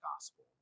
gospel